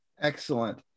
Excellent